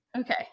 Okay